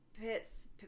Pets